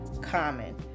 common